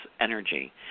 energy